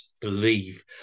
believe